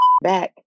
back